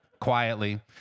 quietly